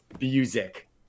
music